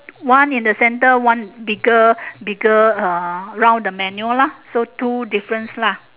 one in the centre one bigger bigger uh around the manual lah